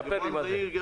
תספר לי מה זה.